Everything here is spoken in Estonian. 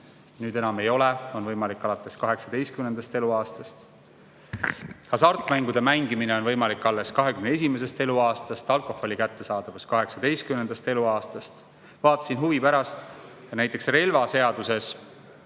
Nüüd enam ei ole, see on võimalik alates 18. eluaastast. Hasartmängude mängimine on võimalik alles 21. eluaastast, alkoholi kättesaadavus on 18. eluaastast. Vaatasin huvi pärast relvaseadust,